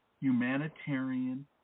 humanitarian